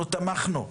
אנחנו תמכנו,